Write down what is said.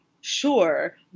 sure